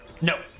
no